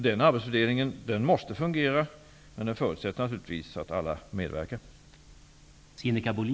Den arbetsfördelningen måste kunna fungera, men det förutsätter naturligtvis att alla parter medverkar därtill.